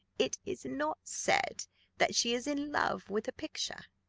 it is not said that she is in love with a picture,